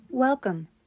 Welcome